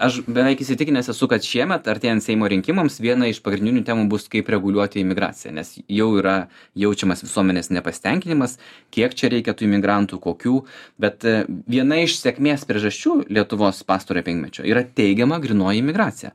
aš beveik įsitikinęs esu kad šiemet artėjant seimo rinkimams viena iš pagrindinių temų bus kaip reguliuoti imigraciją nes jau yra jaučiamas visuomenės nepasitenkinimas kiek čia reikia tų imigrantų kokių bet viena iš sėkmės priežasčių lietuvos pastarojo penkmečio yra teigiama grynoji migracija